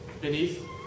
beneath